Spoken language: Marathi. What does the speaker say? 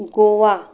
गोवा